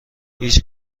هیچ